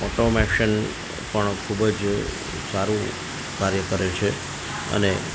automation પણ ખૂબ જ સારું કાર્ય કરે છે અને